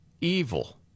evil